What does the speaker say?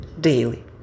daily